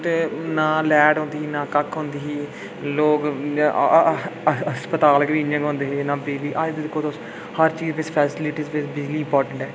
ना लाइट होंदी ही ते ना कक्ख होंदी ही लोक अस्पताल भी इ'यां गै होंदे हे ना बिजली अज्ज दिक्खो तुस हर चीज़ बिच फैसिलिटीज़ बिजली इम्पार्टेन्ट ऐ